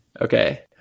okay